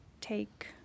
take